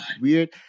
weird